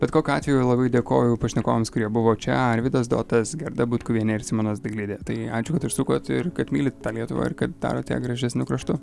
bet kokiu atveju labai dėkoju pašnekovams kurie buvo čia arvydas dotas gerda butkuvienė ir simonas dailidė tai ačiū kad užsukot ir kad mylit tą lietuvą ir kad darot ją gražesniu kraštu